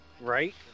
Right